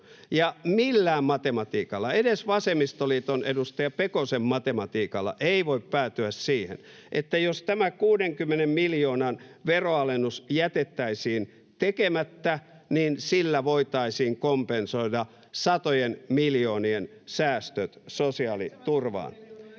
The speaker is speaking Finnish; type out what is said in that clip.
millään matematiikalla, edes vasemmistoliiton edustaja Pekosen matematiikalla, ei voi päätyä siihen, että jos tämä 60 miljoonan veronalennus jätettäisiin tekemättä, niin sillä voitaisiin kompensoida satojen miljoonien säästöt sosiaaliturvaan.